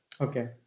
Okay